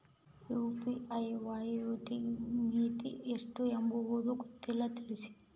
UPI ವಹಿವಾಟಿನ ಮಿತಿ ಎಷ್ಟು ಎಂಬುದು ಗೊತ್ತಿಲ್ಲ? ತಿಳಿಸಿ?